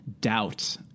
doubt